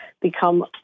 become